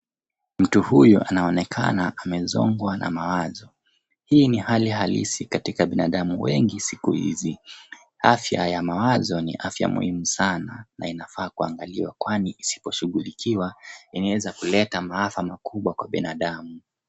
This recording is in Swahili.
Mtu huyu anaonekana amezongwa na mawazo. Hii ni hali halisi katika binadamu wengi siku hizi. Afya ya mawazo ni afya muhimu sana na inafaa kuangaliwa kwani isiposhughulikiwa inaweza kuleta maafa makubwa kwa binadamu.